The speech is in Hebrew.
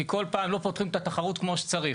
כי כל פעם לא פותחים את התחרות כמו שצריך.